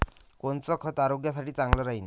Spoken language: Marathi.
कोनचं खत आरोग्यासाठी चांगलं राहीन?